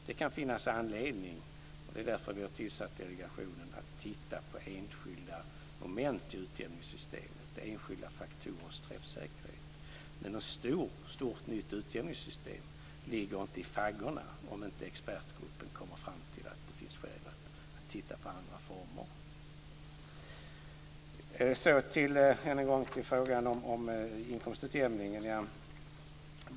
Det kan finnas anledning - och det är därför som vi har tillsatt delegationen - att titta på enskilda moment i utjämningssystemet och enskilda faktorers träffsäkerhet. Men något stort nytt utjämningssystem finns inte i faggorna, om inte expertgruppen kommer fram till att det finns skäl att titta på andra former. Så än en gång till frågan om inkomstutjämningen.